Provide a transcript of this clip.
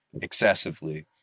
excessively